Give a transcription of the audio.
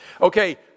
Okay